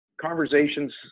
conversations